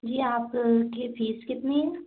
जी आप की फ़ीस कितनी है